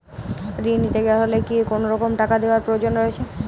ঋণ নিতে হলে কি কোনরকম টাকা দেওয়ার প্রয়োজন রয়েছে?